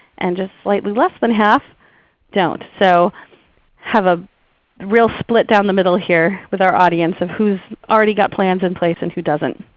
and just slightly less than half don't. so have a real split down the middle here with our audience of who's already got plans in place and who doesn't.